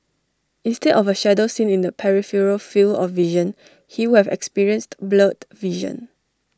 instead of A shadow seen in the peripheral field of vision he would have experienced blurred vision